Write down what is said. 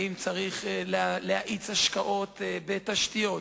האם צריך להאיץ השקעות בתשתיות?